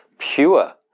pure